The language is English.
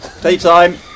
Daytime